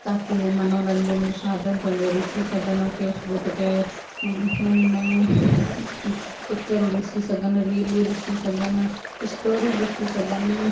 ताकी उहो मनोरंजन जो साधनु पंहिंजे ॾिसी सघनि ऐं फ़ेसबुक ते नयूं नयूं पिचरूं ॾिसी सघनि रीलू ॾिसी सघनि स्टोरियूं ॾिसी सघनि